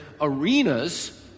arenas